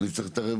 אני צריך להתערב.